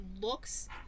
looks